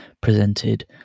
presented